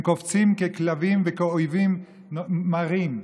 הם קופצים ככלבים וכאויבים מרים.